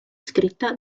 scritta